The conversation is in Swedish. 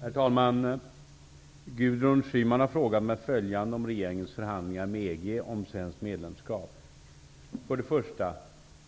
Herr talman! Gudrun Schyman har frågat mig följande om regeringens förhandlingar med EG om svenskt medlemskap: 1.